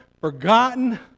forgotten